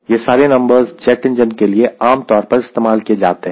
यह सारे numbers jet engine के लिए आमतौर पर इस्तेमाल किए जाते हैं